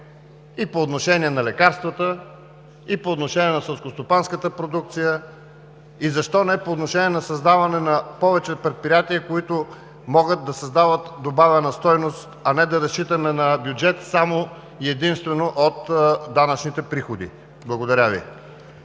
и по отношение на лекарствата, и по отношение на селскостопанската продукция, защо не и по отношение на създаване на повече предприятия, които могат да създават добавена стойност, а не да разчитаме само на бюджет и единствено от данъчните приходи. Благодаря Ви.